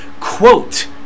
quote